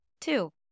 Two